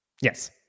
Yes